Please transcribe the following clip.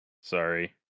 sorry